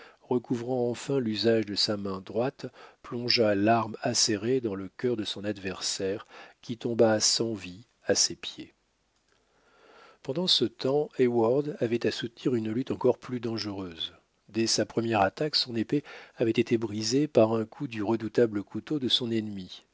recouvrant enfin l'usage de sa main droite plongea l'arme acérée dans le cœur de son adversaire qui tomba sans vie à ses pieds pendant ce temps heyward avait à soutenir une lutte encore plus dangereuse dès sa première attaque son épée avait été brisée par un coup du redoutable couteau de son ennemi